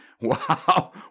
Wow